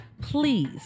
please